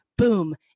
Boom